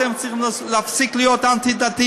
אתם צריכים להפסיק להיות אנטי-דתיים,